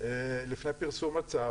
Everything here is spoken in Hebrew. לפני פרסום הצו,